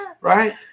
right